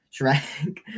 Shrek